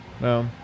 No